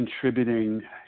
contributing